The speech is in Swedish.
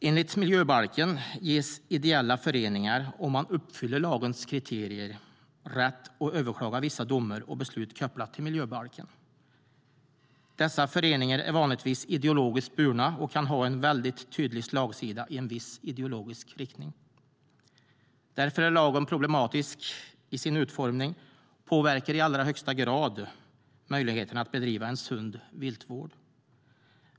Enligt miljöbalken ges ideella föreningar, om de uppfyller lagens kriterier, rätt att överklaga vissa domar och beslut kopplade till miljöbalken. Dessa föreningar är vanligtvis ideologiskt burna och kan ha en tydlig slagsida i en viss ideologisk riktning. Därför är lagen problematisk i sin utformning och påverkar i allra högsta grad möjligheterna att bedriva en sund viltvård.